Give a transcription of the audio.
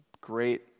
great